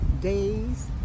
days